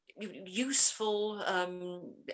useful